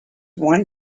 one